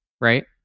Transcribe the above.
right